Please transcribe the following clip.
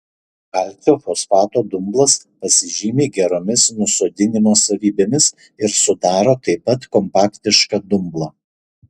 kalcio fosfato dumblas pasižymi geromis nusodinimo savybėmis ir sudaro taip pat kompaktišką dumblą